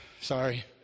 Sorry